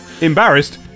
Embarrassed